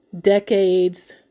decades